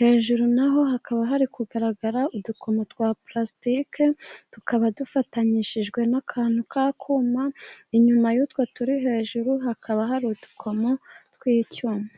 hejuru na ho hakaba hari kugaragara udukomo twa purasitike, tukaba dufatanyishijwe n'akantu k'akuma, inyuma y'utwo turi hejuru hakaba hari udukomo tw'icyuma.